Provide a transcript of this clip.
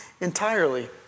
entirely